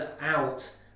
out